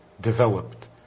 developed